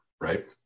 right